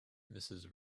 mrs